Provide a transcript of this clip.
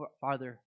farther